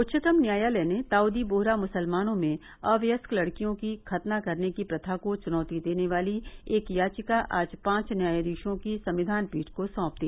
उच्चतम न्यायालय ने दाऊदी बोहरा मुसलमानों में अवयस्क लड़कियों की खतना करने की प्रथा को चुनौती देने वाली एक याचिका आज पांच न्यायाधीशों की संविधान पीठ को सौंप दी